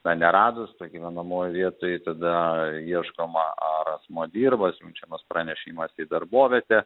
na neradus to gyvenamojoj vietoj tada ieškoma ar asmuo dirba siunčiamas pranešimas į darbovietę